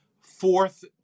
fourth